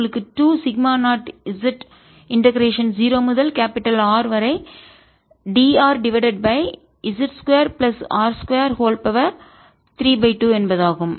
உங்களுக்கு 2 sigma 0 z integration 0 முதல் capital R வரை dr divided by z 2 plus r 2 32 என்பதாகும்